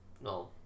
No